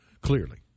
Clearly